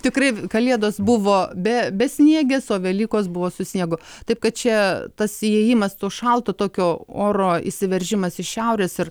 tikrai kalėdos buvo be besniegės o velykos buvo su sniegu taip kad čia tas įėjimas to šalto tokio oro įsiveržimas iš šiaurės ir